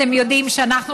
אתם יודעים שאנחנו,